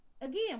again